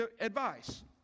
advice